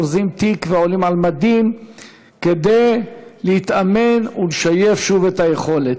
אורזים תיק ועולים על מדים כדי להתאמן ולשייף שוב את היכולת,